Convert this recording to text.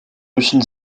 müssen